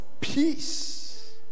peace